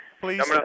Please